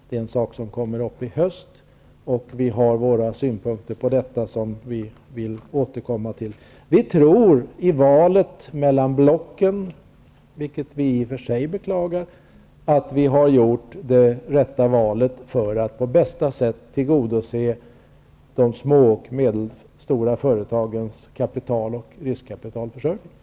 Den saken kommer upp i höst, och vi har våra synpunkter som vi vill återkomma till. Vi tror att vi i valet mellan blocken -- vilket vi i och för sig beklagar -- har gjort det rätta valet för att på bästa sätt tillgodose de små och medelstora företagens försörjning av kapital och riskkapital.